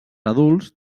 adults